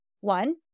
one